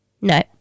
No